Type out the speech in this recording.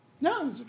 No